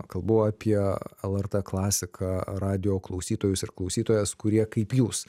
kalbu apie lrt klasika radijo klausytojus ir klausytojas kurie kaip jūs